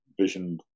vision